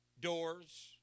doors